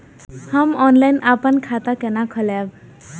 हम ऑनलाइन अपन खाता केना खोलाब?